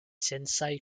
sciencaj